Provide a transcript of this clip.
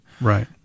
Right